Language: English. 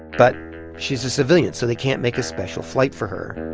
but she's a civilian, so they can't make a special flight for her,